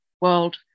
world